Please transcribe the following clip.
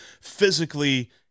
Physically